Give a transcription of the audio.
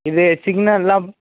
இது சிக்னல்லாம்